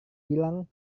bilang